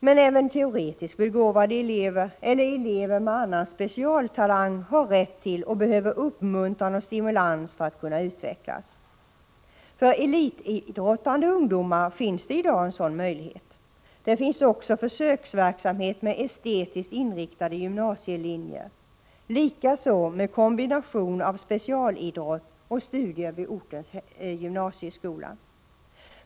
Men även teoretiskt begåvade elever eller elever med annan specialtalang har rätt till och behöver uppmuntran och stimulans för att kunna utvecklas. För elitidrottande ungdomar finns i dag en sådan möjlighet. Det finns också försöksverksamhet med estetiskt inriktade gymnasielinjer, likaså med kombination av specialidrott och studier vid hemortens gymnasieskola.